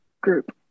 group